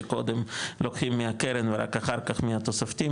שקודם לוקחים מהקרן ורק אחר כך מהתוספתי,